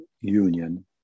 union